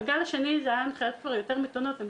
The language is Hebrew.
בגל השני אלה היו הנחיות כבר יותר מתונות ואני